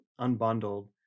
unbundled